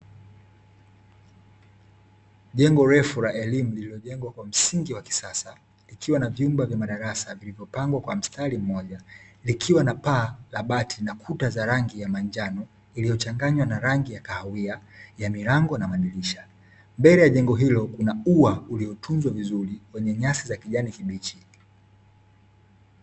Jengo refu la elimu lililojengwa kwa msingi wa kisasa, ukiwa na vyumba vya madarasa vilvyopangwa kwa mstari mmoja, likiwa na paa la bati na kuta za rangi ya manjano iliyochanganywa na rangi ya kahawia ya milango na madirisha. Mbele ya jengo hilo kuna ua uliotunzwa vizuri kwenye nyasi za kijani kimechi.